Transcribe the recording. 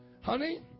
honey